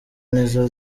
nizo